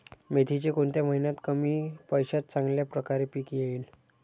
मेथीचे कोणत्या महिन्यात कमी पैशात चांगल्या प्रकारे पीक येईल?